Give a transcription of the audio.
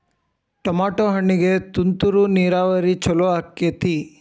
Tomato ಹಣ್ಣಿಗೆ ತುಂತುರು ನೇರಾವರಿ ಛಲೋ ಆಕ್ಕೆತಿ?